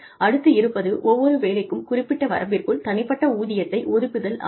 அடுத்து இருப்பது ஒவ்வொரு வேலைக்கும் குறிப்பிட்ட வரம்பிற்குள் தனிப்பட்ட ஊதியத்தை ஒதுக்குதல் ஆகும்